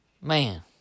Man